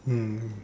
mm